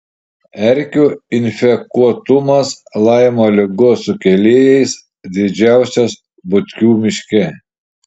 erkių infekuotumas laimo ligos sukėlėjais didžiausias butkių miške